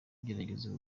kugerageza